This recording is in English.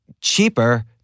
cheaper